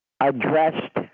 Addressed